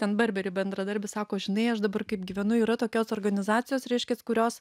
ten barberiui bendradarbis sako žinai aš dabar kaip gyvenu yra tokios organizacijos reiškias kurios